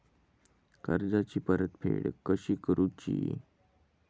कर्जाची परतफेड कशी करूची?